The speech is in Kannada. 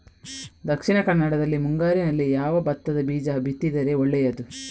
ದಕ್ಷಿಣ ಕನ್ನಡದಲ್ಲಿ ಮುಂಗಾರಿನಲ್ಲಿ ಯಾವ ಭತ್ತದ ಬೀಜ ಬಿತ್ತಿದರೆ ಒಳ್ಳೆಯದು?